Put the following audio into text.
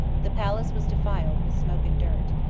the palace was defiled with smoke and dirt,